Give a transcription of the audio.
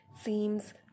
seems